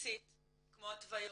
הבסיסית כמו התוויות,